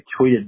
tweeted